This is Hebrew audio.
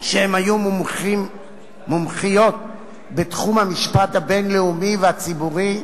שהן מומחיות בתחום המשפט הבין-לאומי והציבורי.